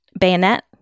bayonet